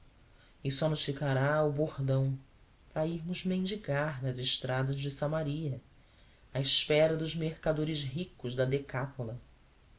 e só nos ficará o bordão para irmos mendigar nas estradas de samaria à espera dos mercadores ricos da decápola